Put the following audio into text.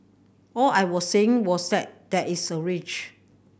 all I was saying was that there is a range